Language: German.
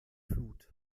flut